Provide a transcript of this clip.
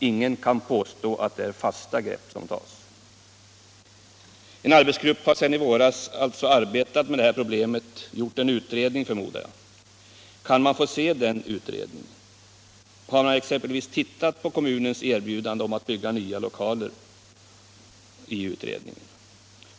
Ingen kan påstå att det är fasta grepp som tas. En arbetsgrupp har sedan i våras alltså arbetat med det här problemet —- gjort en utredning, förmodar jag. Kan man få se den utredningen? Har man exempelvis i utredningen tittat på kommunens erbjudande att bygga nya lokaler?